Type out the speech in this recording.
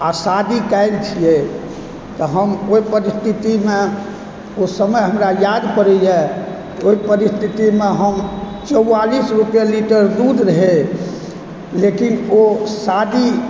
आ शादी काल्हि छियै तऽ हम ओहि परिस्थितिमे ओ समय हमरा याद पड़यए कि ओहि परिस्थितिमे हम चौआलिस रुपैआ लीटर दूध रहय लेकिन ओ शादी